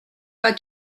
pas